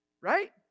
Right